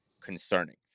concerning